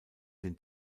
den